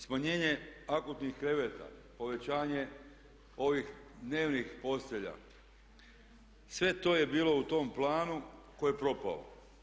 Smanjenje akutnih kreveta, povećanje ovih dnevnih postelja, sve to je bilo u tom planu koji je propao.